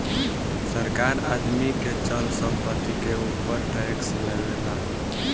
सरकार आदमी के चल संपत्ति के ऊपर टैक्स लेवेला